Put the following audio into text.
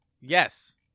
Yes